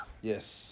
Yes